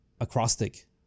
acrostic